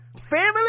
family